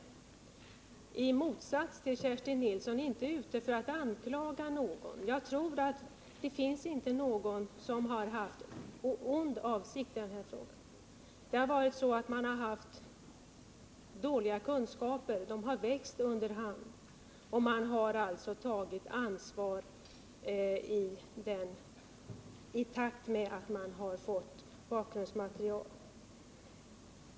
I motsats till Kerstin Nilsson är jag inte ute för att anklaga någon. Jag tror inte att någon har haft en ond avsikt i det här sammanhanget. Men man har haft dåliga kunskaper, och problemet har vuxit efter hand. Intresset för frågan har växt i takt med att man fått bakgrundsmaterial.